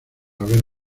haber